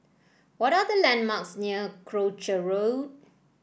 what are the landmarks near Croucher Road